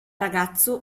ragazzo